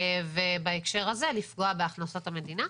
ובהקשר הזה, לפגוע בהכנסות המדינה.